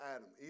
Adam